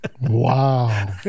wow